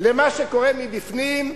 למה שקורה מבפנים,